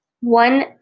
One